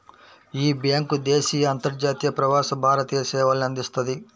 యీ బ్యేంకు దేశీయ, అంతర్జాతీయ, ప్రవాస భారతీయ సేవల్ని అందిస్తది